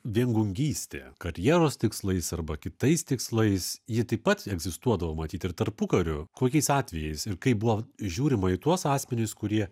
viengungystė karjeros tikslais arba kitais tikslais ji taip pat egzistuodavo matyt ir tarpukariu kokiais atvejais ir kaip buvo žiūrima į tuos asmenis kurie